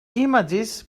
images